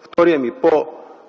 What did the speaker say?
Вторият ми